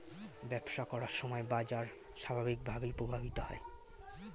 ব্যবসা করার সময় বাজার স্বাভাবিকভাবেই প্রভাবিত হয়